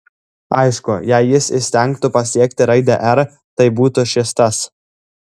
aišku jei jis įstengtų pasiekti raidę r tai būtų šis tas